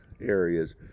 areas